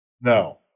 No